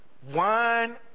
One